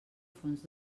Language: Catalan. fons